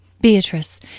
Beatrice